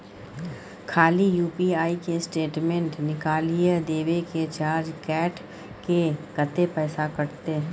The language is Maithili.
खाली यु.पी.आई के स्टेटमेंट निकाइल देबे की चार्ज कैट के, कत्ते पैसा कटते?